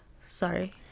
Sorry